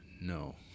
No